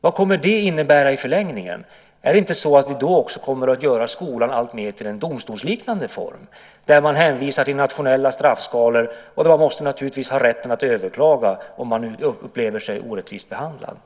Vad kommer det att innebära i förlängningen? Kommer vi inte då också att göra skolan alltmer till en domstolsliknande form där man hänvisar till nationella straffskalor och där man naturligtvis måste ha rätten att överklaga om man upplever sig orättvist behandlad.